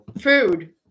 food